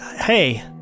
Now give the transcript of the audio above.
Hey